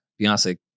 Beyonce